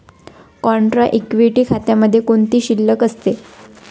Contra equity खात्यामध्ये कोणती शिल्लक असते?